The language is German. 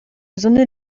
gesunde